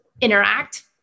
interact